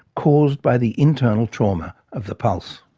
caused by the internal trauma of the pulse.